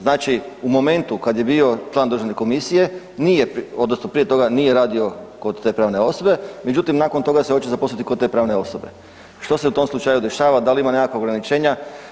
Znači u momentu kad je bio član državne komisije odnosno prije toga nije radio kod te pravne osobe, međutim nakon toga se hoće zaposliti kod te pravne osobe, što se u tom slučaju dešava, da li ima nekakva ograničenja?